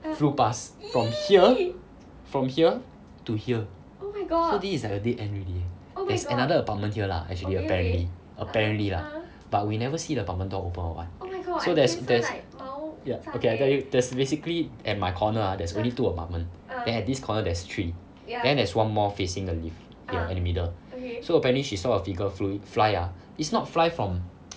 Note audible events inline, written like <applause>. flew past from here from here to here so this is like a dead end already there's another apartment here lah actually apparently apparently lah but we never see the apartment door open or what so there's there's ya okay I tell you there's basically at my corner ah there's only two apartment then at this corner there's three then there's one more facing the lift here at the middle so apparently she saw a figure flew fly ah is not fly from <noise>